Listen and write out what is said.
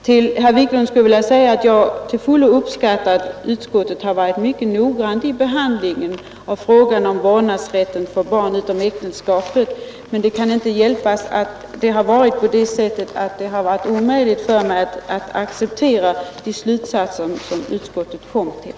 Till herr Wiklund i Stockholm vill jag säga att jag till fullo uppskattar att utskottet varit mycket noggrant vid sin behandling av frågan om vårdnadsrätten över barn utanför äktenskapet. Men det har ändå varit omöjligt för mig att acceptera de slutsatser som utskottet kommer fram till.